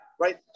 Right